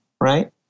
right